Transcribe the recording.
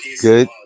good